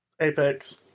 Apex